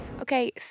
Okay